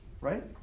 right